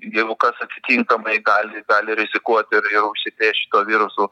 jeigu kas atitinkamai gali gali rizikuot ir ir užsikrėst šituo virusu